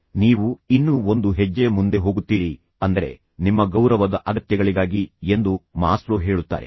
ಆದರೆ ನೀವು ಇನ್ನೂ ಒಂದು ಹೆಜ್ಜೆ ಮುಂದೆ ಹೋಗುತ್ತೀರಿ ಅಂದರೆ ನಿಮ್ಮ ಗೌರವದ ಅಗತ್ಯಗಳಿಗಾಗಿ ಎಂದು ಮಾಸ್ಲೋ ಹೇಳುತ್ತಾರೆ